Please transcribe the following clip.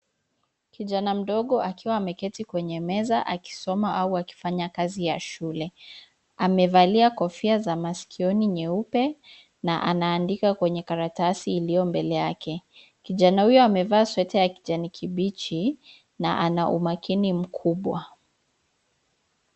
Kijana mdogo akiwa ameketi kwenye meza akisoma au akifanya kazi ya shule. Amevalia kofia za masikioni nyeupe na anaandika kwenye karatasi iliyo mbele yake. Kijana huyo amevaa sweta ya kijani kibichi na ana umakini mkubwa.